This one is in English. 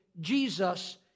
Jesus